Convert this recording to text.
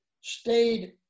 stayed